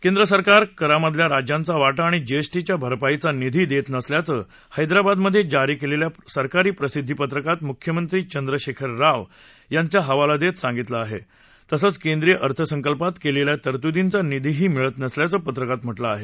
केंद्र सरकार करामधला राज्यांचा वाटा आणि जी झिटी च्या भरपाईचा निधी देत नसल्याचं हैदराबादमधे जारी केलेल्या सरकारी प्रसिद्धी पत्रकात मुख्यमंत्री के चंद्रशेखर राव यांचा हवाला देत सांगितलं आहे तसंच केंद्रीय अर्थसंकल्पात केलेल्या तरतुदींचा निधीही मिळत नसल्याचं पत्रकात म्हटलं आहे